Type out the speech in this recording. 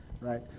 right